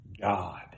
God